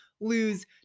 lose